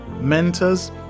mentors